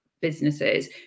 businesses